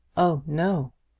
oh, no!